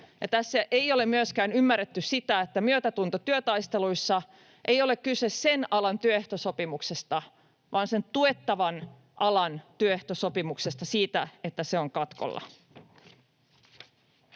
tässä ei ole myöskään ymmärretty sitä, että myötätuntotyötaisteluissa ei ole kyse sen alan työehtosopimuksesta vaan sen tuettavan alan työehtosopimuksesta, siitä, että se on katkolla.